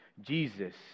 Jesus